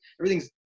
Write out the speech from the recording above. everything's